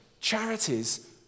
Charities